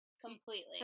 Completely